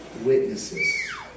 witnesses